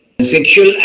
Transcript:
sexual